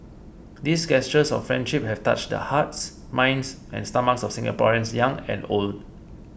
these gestures of friendship have touched the hearts minds and stomachs of Singaporeans young and old